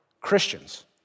Christians